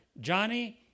Johnny